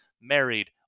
married